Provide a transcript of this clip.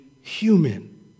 human